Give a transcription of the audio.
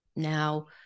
Now